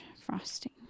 frosting